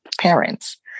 parents